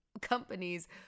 companies